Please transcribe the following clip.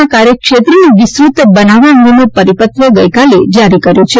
ના કાર્યક્ષેત્રને વિસ્તૃત બનાવવા અંગેનો પરિપત્ર ગઇકાલે જારી કર્યો છે